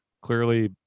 clearly